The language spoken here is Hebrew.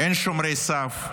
אין שומרי סף,